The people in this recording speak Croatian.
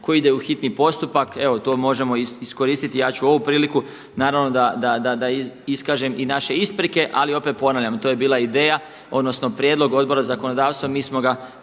koji ide u hitni postupak. Evo to možemo iskoristiti. Ja ću ovu priliku, naravno da iskažem i naše isprike, ali opet ponavljam to je bila ideja, odnosno prijedlog Odbora za zakonodavstvo. Mi smo ga